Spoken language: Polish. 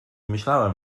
myślałem